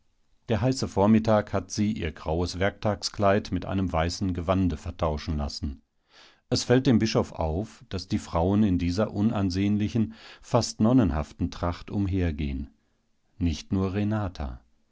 der heiße nachmittag hat sie ihr graues werktagskleid mit einem weißen gewande vertauschen lassen es fällt dem bischof auf daß die frauen in dieser unansehnlichen fast nonnenhaften tracht umhergehen nicht nur renata